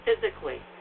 physically